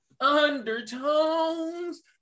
Undertones